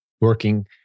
working